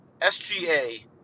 SGA